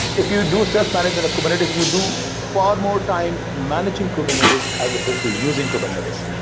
if you do self-management of kubernetes, you do far more time managing kubernetes as supposed to using kubernetes.